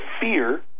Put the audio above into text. fear